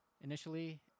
initially